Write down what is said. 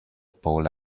paul